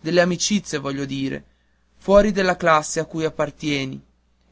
delle amicizie voglio dire fuori della classe a cui appartieni